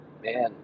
man